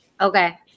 okay